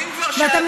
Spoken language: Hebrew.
שתה מים, שתה